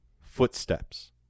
footsteps